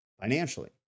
financially